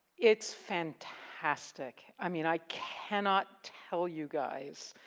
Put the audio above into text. it's fantastic, i mean i cannot tell you guys